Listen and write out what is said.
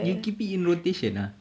you keep it in rotation ah